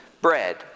bread